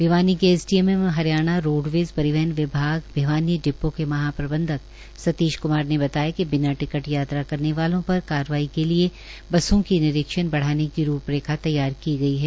भिवानी के एसडीएम एवं हरियाणा रोड़वेज परिवहन विभाग भिवानी डिपो के महाप्रबंधक सतीश क्मार ने बताया कि बिना टिकट यात्रा करने वालों पर कार्रवाई के लिए बसों की निरीक्षण बढ़ाने की रूपरेखा तैयार की गई है